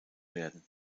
werden